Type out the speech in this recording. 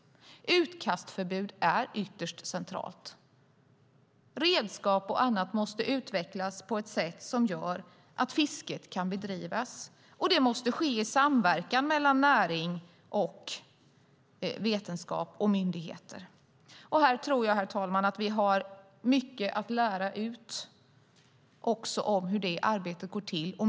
Utkastförbud är ytterst centralt. Redskap och annat måste utvecklas på ett sätt som gör att fisket kan bedrivas, och det måste ske i samverkan mellan näring, vetenskap och myndigheter. Här tror jag, herr talman, att vi har mycket att lära ut om hur detta arbete går till.